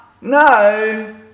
no